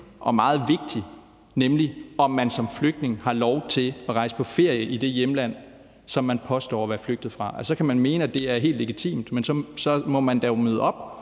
og meget vigtig, nemlig om, om man som flygtning har lov til at rejse på ferie i det hjemland, som man påstår at være flygtet fra. Så kan man mene, at det er helt legitimt, men så må man da møde op